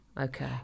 Okay